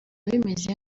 bimeze